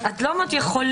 נחוצה